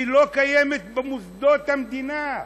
היא לא קיימת במוסדות המדינה.